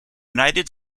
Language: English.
united